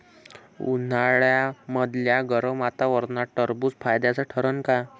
उन्हाळ्यामदल्या गरम वातावरनात टरबुज फायद्याचं ठरन का?